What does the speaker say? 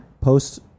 Post